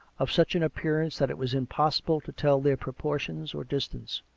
of such an appearance that it was impossible to tell their proportions or distances.